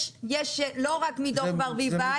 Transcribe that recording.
יש לא רק מדוח ברביבאי,